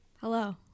Hello